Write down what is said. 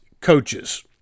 coaches